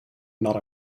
not